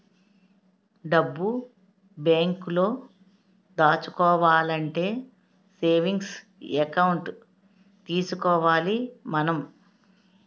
డబ్బు బేంకులో దాచుకోవాలంటే సేవింగ్స్ ఎకౌంట్ తీసుకోవాలి మనం